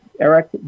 Eric